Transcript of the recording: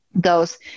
goes